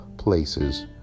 places